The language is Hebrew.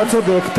אתה צודק,